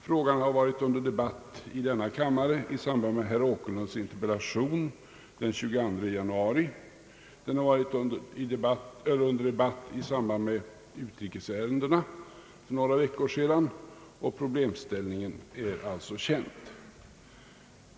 Frågan har varit under debatt i denna kammare i samband med besvarandet av herr Åkerlunds interpellation den 22 januari. Den har varit under debatt i samband med utrikesärendena för några veckor sedan, och problemställningen är alltså känd.